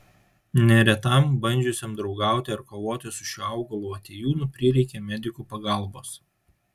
neretam bandžiusiam draugauti ar kovoti su šiuo augalu atėjūnu prireikė medikų pagalbos